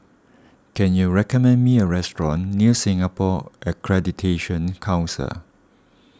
can you recommend me a restaurant near Singapore Accreditation Council